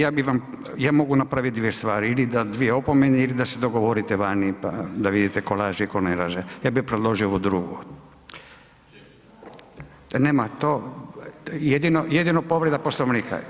Ja bih vam, ja mogu napraviti dvije stvari ili da dvije opomene ili da se dogovorite vani pa da vidite tko laže i tko ne laže, ja bih predložio ovo drugo. ... [[Upadica se ne čuje.]] Nema to, jedino povreda Poslovnika.